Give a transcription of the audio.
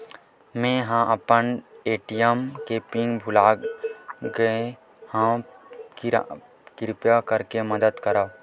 मेंहा अपन ए.टी.एम के पिन भुला गए हव, किरपा करके मदद करव